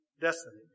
destiny